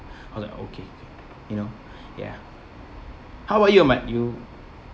I was like okay you know ya how about you ahmad you